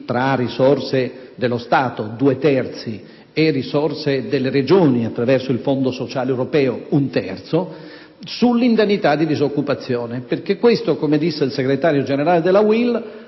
risorse dello Stato per due terzi e dalle Regioni, attraverso il Fondo sociale europeo, per un terzo) sull'indennità di disoccupazione, perché questo - come disse il Segretario generale della UIL